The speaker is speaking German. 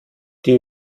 die